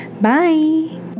Bye